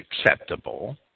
acceptable